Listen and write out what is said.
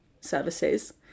services